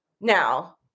Now